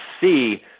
see